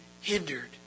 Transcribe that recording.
hindered